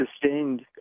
sustained